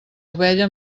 ovella